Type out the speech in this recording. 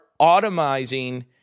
automizing